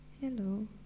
hello